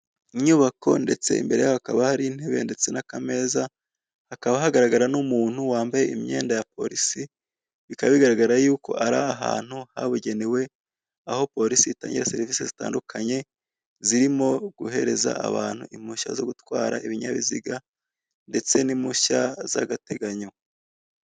Inyubako ndetse imbere yayo hakaba hari intebe ndetse n'akameza. Hakaba hagaragara n'umuntu wambaye imyenda ya polisi, bikaba bigaragara ko ari ahantu habugenewe, aho polisi itangira serivisi zitandukanye, zirimo guhereza abantu impushya zo gutwara ibinyabiziga ndetse n'impushya z'agateganyo.